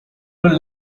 were